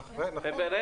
נכון.